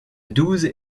douze